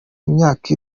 imyaka